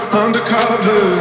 undercover